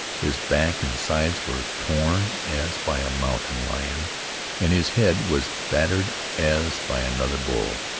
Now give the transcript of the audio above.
his back and sides were torn as by a mountain-lion, and his head was battered as by another bull.